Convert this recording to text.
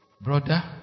Brother